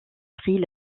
prit